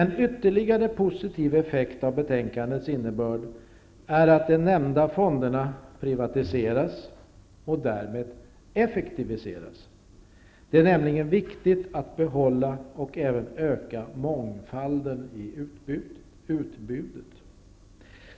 En ytterligare positiv effekt av betänkandets innebörd är att de nämnda fonderna privatiseras och därmed effektiviseras. Det är nämligen viktigt att behålla och även öka mångfalden i utbudet.